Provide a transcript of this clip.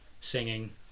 singing